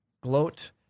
gloat